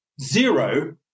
zero